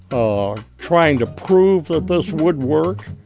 ah trying to prove that this would work.